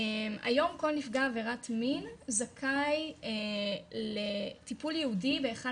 היום כל נפגע עבירת מין זכאי לטיפול ייעודי באחד